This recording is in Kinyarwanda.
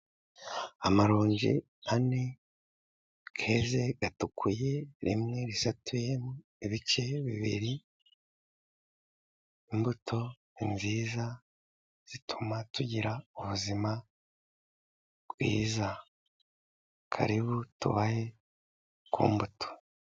Amaronji ane yeze, atukuye, rimwe risatuyemo ibice bibiri, imbuto ni nziza zituma tugira ubuzima bwiza. Karibu tubahe ku mbuto.